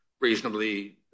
reasonably